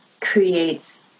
creates